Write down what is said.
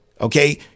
okay